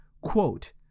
quote